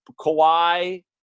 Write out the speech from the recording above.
Kawhi